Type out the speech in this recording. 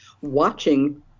watching